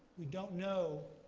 we don't know